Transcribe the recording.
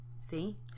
See